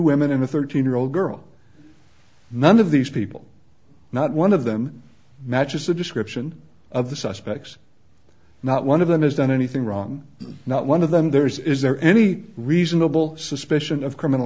women and a thirteen year old girl none of these people not one of them matches the description of the suspects not one of them has done anything wrong not one of them there is is there any reasonable suspicion of criminal